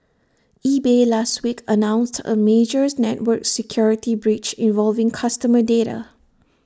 eBay last week announced A major network security breach involving customer data